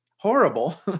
Horrible